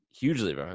hugely